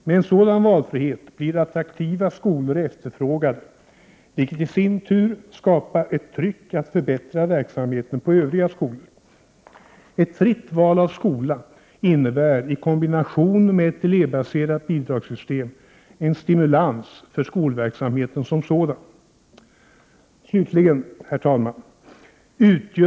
Med en sådan valfrihet blir attraktiva skolor efterfrågade, vilket i sin tur skapar ett tryck att förbättra verksamheten på övriga skolor. Ett fritt val av skola innebär i kombination med ett elevbaserat bidragssystem en stimulans för skolverksamheten som sådan. Herr talman!